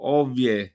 ovvie